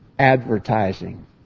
Advertising